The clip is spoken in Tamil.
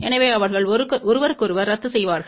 எனவே அவர்கள் ஒருவருக்கொருவர் ரத்து செய்வார்கள்